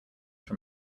from